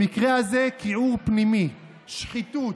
במקרה הזה כיעור פנימי, שחיתות,